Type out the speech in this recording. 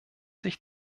sich